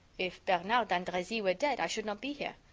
if bernard d'andrezy were dead, i should not be here.